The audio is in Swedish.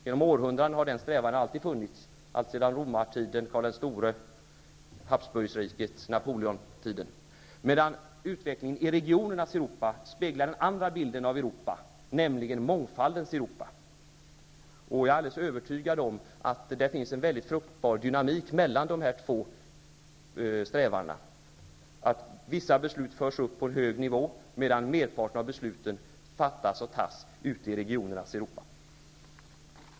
Genom århundradena har den strävan alltid funnits, alltsedan romartiden, Karl den store, Habsburgriket och Napoleontiden, medan utvecklingen i regionernas Europa speglar den andra bilden av Europa, nämligen mångfaldens Europa. Jag är alldeles övertygad om att det finns en fruktbar dynamik mellan de här två olika strävandena. Vissa beslut förs upp på hög nivå, medan merparten av besluten fattas ute i regionernas Europa.